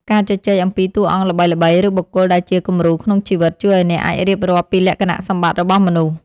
ការជជែកអំពីតួអង្គល្បីៗ ឬបុគ្គលដែលជាគំរូក្នុងជីវិត ជួយឱ្យអ្នកអាចរៀបរាប់ពីលក្ខណៈសម្បត្តិរបស់មនុស្ស។